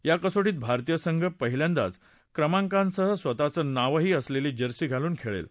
या कसोटीत भारतीय संघ पहिल्यांदाच क्रमांकासह स्वतःचं नावही असलेली जर्सी घालून खेळेल